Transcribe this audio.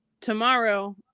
tomorrow